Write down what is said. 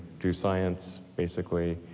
do science, basically,